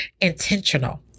intentional